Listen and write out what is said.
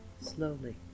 slowly